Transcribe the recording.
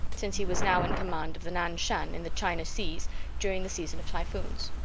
since he was now in command of the nan-shan in the china seas during the season of typhoons.